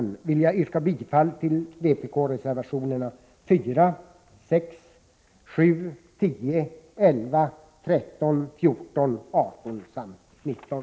I övrigt vill jag yrka bifall till vpk-reservationerna 4, 6, 7, 10, 11, 13, 14, 18 samt 19.